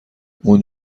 اون